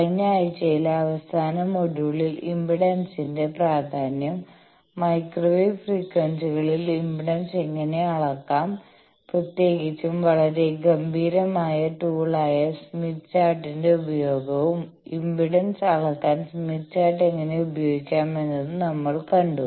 കഴിഞ്ഞ ആഴ്ചയിലെ അവസാന മൊഡ്യൂളിൽ ഇംപെഡൻസിന്റെ പ്രാധാന്യം മൈക്രോവേവ് ഫ്രീക്വൻസികളിൽ ഇംപെഡൻസ് എങ്ങനെ അളക്കാം പ്രത്യേകിച്ചും വളരെ ഗംഭീരമായ ടൂൾ ആയ സ്മിത്ത് ചാർട്ടിന്റെ ഉപയോഗവും ഇംപെഡൻസ് അളക്കാൻ സ്മിത്ത് ചാർട്ട് എങ്ങനെ ഉപയോഗിക്കാമെന്നതും നമ്മൾ കണ്ടു